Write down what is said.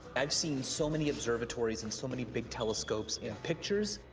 i've seen so many observatories and so many big telescopes in pictures.